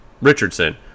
Richardson